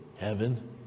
heaven